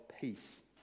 peace